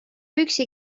üksi